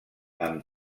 amb